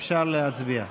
אפשר להצביע.